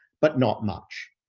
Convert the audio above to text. but not much.